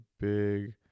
big